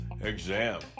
exam